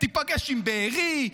תיפגש עם בארי,